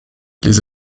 les